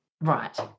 Right